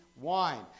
wine